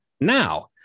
now